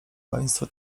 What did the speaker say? państwo